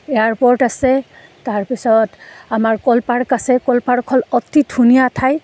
airport আছে তাৰপিছত আমাৰ ক'ল পাৰ্ক আছে ক'ল পাৰ্ক হ'ল অতি ধুনীয়া ঠাই